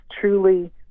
truly